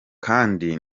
kandi